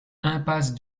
impasse